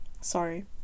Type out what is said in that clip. Sorry